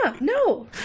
No